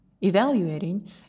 Evaluating